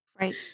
Right